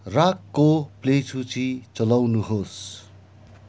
रागको play सूचि चलाउनुहोस्